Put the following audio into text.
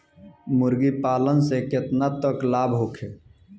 मुर्गी पालन से केतना तक लाभ होखे?